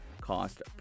cost